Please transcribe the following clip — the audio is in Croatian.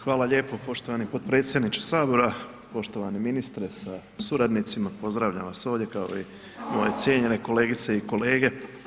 Hvala lijepo poštovani potpredsjedniče Sabora, poštovani ministre sa suradnicima, pozdravljam vas ovdje kao i moje cijenjenje kolegice i kolege.